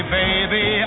baby